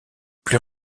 plus